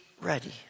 ready